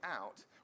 out